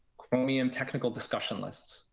chromium technical discussion lists.